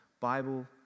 Bible